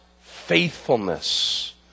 faithfulness